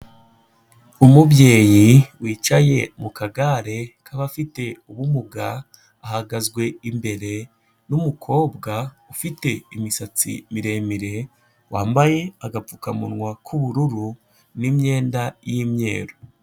Umubyeyi wicaye mu kagare k'abafite ubumuga, ahagaze imbere n'umukobwa ufite imisatsi miremire, wambaye agapfukamunwa k'ubururu n'imyenda y'imyeru.